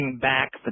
back